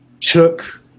took